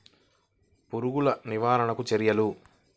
పురుగులు నివారణకు చర్యలు?